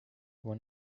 one